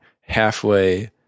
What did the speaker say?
halfway